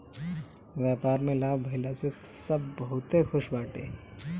व्यापार में लाभ भइला से सब बहुते खुश बाटे